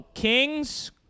Kings